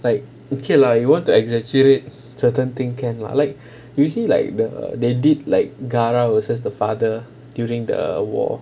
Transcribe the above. like okay lah you want to exaggerate certain things can lah like you see like the they did like gaara versus the father during the war